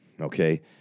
okay